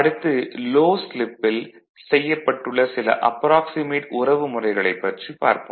அடுத்து லோ ஸ்லிப்பில் செய்யப்பட்டுள்ள சில அப்ராக்சிமேட் உறவுமுறைகளைப் பற்றி பார்ப்போம்